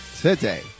today